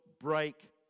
break